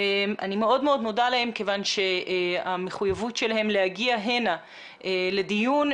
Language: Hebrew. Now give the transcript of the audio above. כיוון שהמחויבות שלהם להגיע לכאן לדיון,